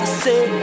say